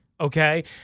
okay